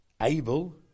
Abel